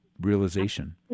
realization